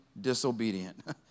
disobedient